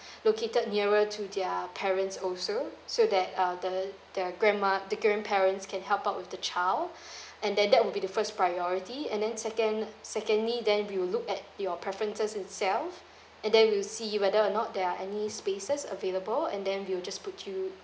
located nearer to their parents also so that uh the the grandma the grandparents can help out with the child and then that would be the first priority and then second secondly then we'll look at your preferences itself and then we'll see whether or not there are any spaces available and then we'll just put you